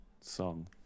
song